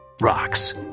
rocks